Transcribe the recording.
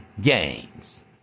games